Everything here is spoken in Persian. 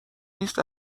نیست